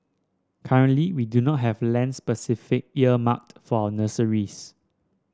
currently we do not have land specific earmarked for nurseries